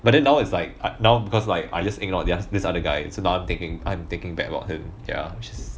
but then now is like now because like I just ignored their this other guy so now I'm thinking I'm thinking back about him ya which is